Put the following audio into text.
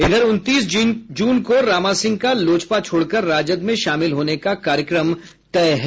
इधर उनतीस जून को रामा सिंह का लोजपा छोड़कर राजद में शामिल होने का कार्यक्रम तय है